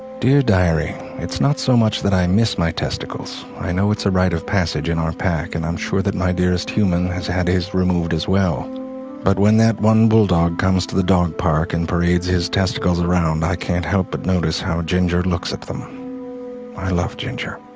dear diary it's not so much that i miss my testicles, i know it's a right of passage in our pack and i'm sure that my dearest human has had his removed as well but when that one bulldog comes to the dog park and parades his testicles around i can't help but notice how ginger looks at them i love ginger.